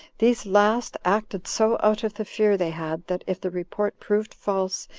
these last acted so out of the fear they had, that if the report proved false,